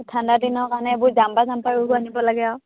ঠাণ্ডা দিনৰ কাৰণে এইবোৰ জাম্পাৰ চাম্পৰো আনিব লাগে আৰু